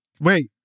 wait